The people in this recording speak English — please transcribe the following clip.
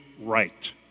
right